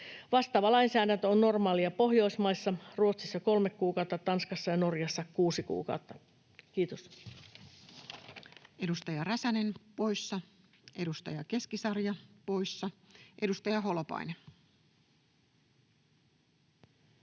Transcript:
Vastaava lainsäädäntö on normaalia Pohjoismaissa: Ruotsissa kolme kuukautta, Tanskassa ja Norjassa kuusi kuukautta. — Kiitos. Edustaja Räsänen poissa, edustaja Keskisarja poissa. — Edustaja Holopainen.